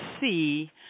see